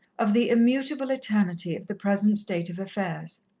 of the immutable eternity of the present state of affairs.